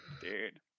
Dude